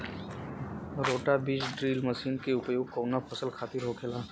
रोटा बिज drill machine के उपयोग कऊना फसल खातिर होखेला?